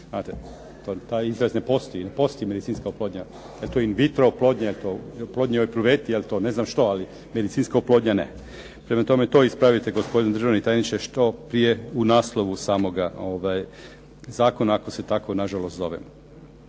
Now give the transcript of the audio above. Taj izraz ne postoji. Ne postoji medicinska oplodnja. Je li to …/Govornik se ne razumije./… oplodnja, je li to oplodnja u epruveti, je li to ne znam što, ali medicinska oplodnja ne. Prema tome to ispravite gospodine državni tajniče što prije u naslovu samoga zakona, ako se tako na žalost zove.